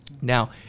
now